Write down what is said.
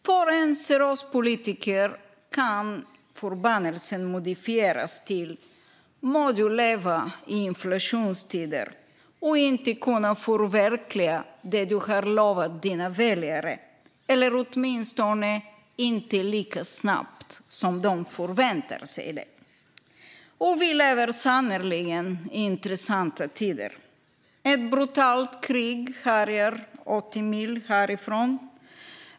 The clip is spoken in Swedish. För en seriös politiker kan förbannelsen modifieras till: "Må du leva i inflationstider och inte kunna förverkliga det du har lovat dina väljare, åtminstone inte lika snabbt som de förväntar sig." Och vi lever sannerligen i intressanta tider. Ett brutalt krig härjar 80 mil härifrån.